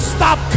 Stop